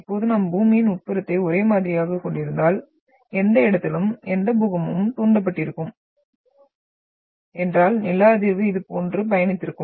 இப்போது நாம் பூமியின் உட்புறத்தை ஒரே மாதிரியாகக் கொண்டிருந்தால் எந்த இடத்திலும் எந்த பூகம்பமும் தூண்டப்பட்டிருக்கும் என்றால் நில அதிர்வு இதுபோன்று பயணித்திருக்கும்